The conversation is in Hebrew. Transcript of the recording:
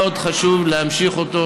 מאוד חשוב להמשיך אותו.